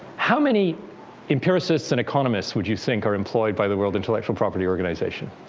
how many empirisists and economists would you think are employed by the world intellectual property organization?